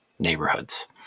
neighborhoods